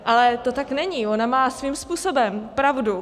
Ale to tak není, ona má svým způsobem pravdu.